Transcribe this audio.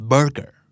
Burger